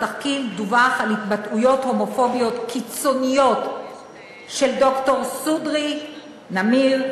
בתחקיר דווח על התבטאויות הומופוביות קיצוניות של ד"ר סודי נמיר,